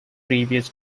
previous